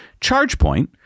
ChargePoint